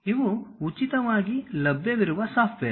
ಇವು ಉಚಿತವಾಗಿ ಲಭ್ಯವಿರುವ ಸಾಫ್ಟ್ವೇರ್